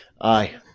Aye